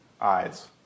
eyes